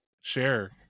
share